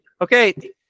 okay